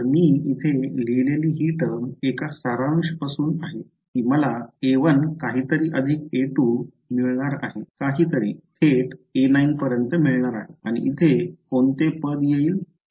तर मी येथे लिहिलेली ही टर्म एका सारांश पासून आहे की मला a1 काहीतरी अधिक a2 मिळणार आहे काहीतरी थेट a9 पर्यन्त मिळणार आहे आणि इथे कोणते पद येईल